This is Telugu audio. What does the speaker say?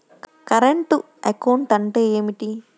కరెంటు అకౌంట్ అంటే ఏమిటి?